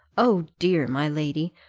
o dear, my lady!